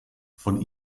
von